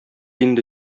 инде